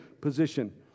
position